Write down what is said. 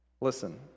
Listen